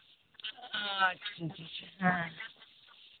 ᱦᱮᱸ